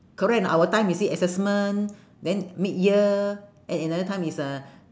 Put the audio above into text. correct or not our time you see assessment then mid year and another time is uh